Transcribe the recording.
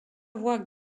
voix